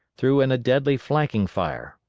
threw in a deadly flanking fire,